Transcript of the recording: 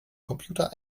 computer